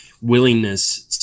willingness